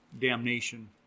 damnation